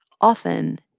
often,